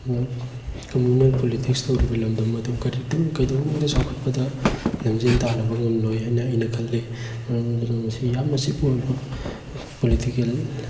communal politics ꯇꯧꯔꯤꯕ ꯂꯝꯗꯝ ꯑꯗꯨ ꯀꯔꯤꯗꯨ ꯀꯩꯗꯧꯅꯨꯡꯗ ꯆꯥꯎꯈꯠꯄꯗ ꯂꯝꯖꯦꯟ ꯇꯥꯟꯅꯕ ꯉꯝꯂꯣꯏ ꯍꯥꯏꯅ ꯑꯩꯅ ꯈꯜꯂꯤ ꯃꯔꯝ ꯑꯗꯨꯅ ꯃꯁꯤ ꯌꯥꯝꯅ ꯆꯤꯄꯔ ꯑꯣꯏꯕ ꯄꯣꯂꯤꯇꯤꯀꯦꯜ